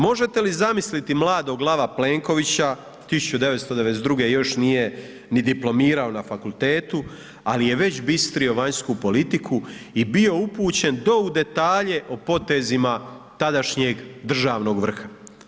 Možete li zamisliti mladog lava Plenkovića 1992. još nije ni diplomirao na fakultetu, ali je već bistrio vanjsku politiku i bio upućen do u detalje o potezima tadašnjeg državnog vrha.